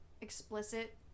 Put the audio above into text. explicit